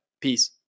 Peace